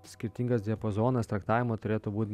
skirtingas diapazonas traktavimo turėtų būti